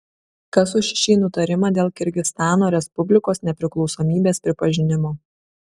kas už šį nutarimą dėl kirgizstano respublikos nepriklausomybės pripažinimo